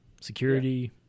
Security